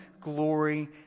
glory